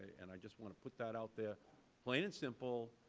and i just want to put that out there plain and simple.